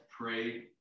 pray